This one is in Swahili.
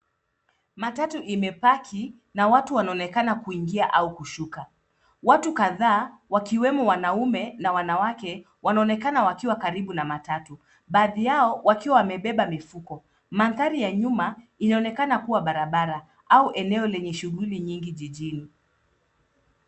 Matatu imepaki, na watu wanaonekana kuingia au kushuka. Watu kadhaa, wakiwemo wanaume na wanawake wanaonekana wakiwa karibu na matatu, baadhi yao wakiwa wamebeba mifuko. Mandhari ya nyuma inaonekana kuwa barabara au eneo lenye shughuli nyingi jijini.